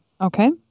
Okay